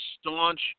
staunch